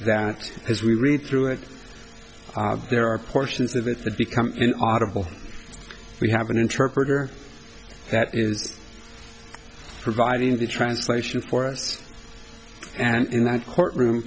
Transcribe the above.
that as we read through it there are portions of it that become an audible we have an interpreter that is providing the translation for us and in that courtroom